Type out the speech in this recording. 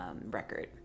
record